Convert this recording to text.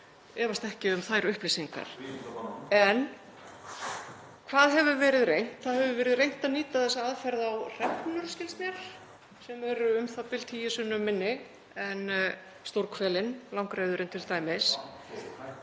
efast ekki um þær upplýsingar. En hvað hefur verið reynt? Það hefur verið reynt að nýta þessa aðferð á hrefnur, skilst mér, sem eru u.þ.b. tíu sinnum minni en stórhvelin, langreyðurin t.d.,